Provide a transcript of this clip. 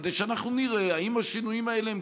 כדי שאנחנו נראה אם השינויים האלה הם